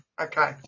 Okay